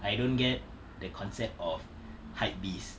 I don't get the concept of hype beast